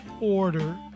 order